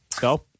Go